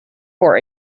for